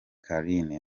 carine